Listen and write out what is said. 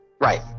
Right